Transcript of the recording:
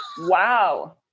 Wow